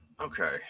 Okay